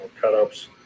cut-ups